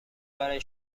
برای